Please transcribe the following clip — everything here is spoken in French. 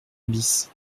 bis